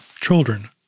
Children